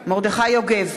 בהצבעה מרדכי יוגב,